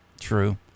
true